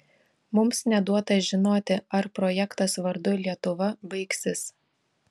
mums neduota žinoti ar projektas vardu lietuva baigsis